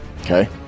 Okay